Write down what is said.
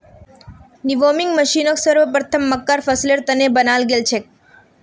winnowing मशीनक सर्वप्रथम मक्कार फसलेर त न बनाल गेल छेक